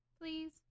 Please